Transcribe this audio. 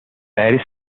paris